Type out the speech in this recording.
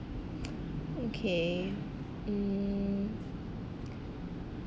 okay um